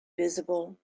visible